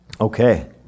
Okay